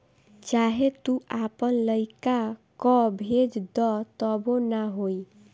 चाहे तू आपन लइका कअ भेज दअ तबो ना होई